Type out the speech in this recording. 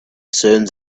sounds